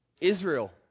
Israel